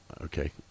Okay